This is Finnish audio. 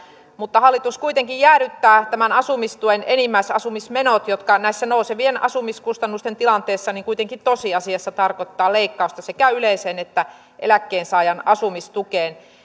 mutta hallitus kuitenkin jäädyttää tämän asumistuen enimmäisasumismenot mikä näiden nousevien asumiskustannusten tilanteessa tosiasiassa tarkoittaa leikkausta sekä yleiseen että eläkkeensaajan asumistukeen